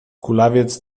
kulawiec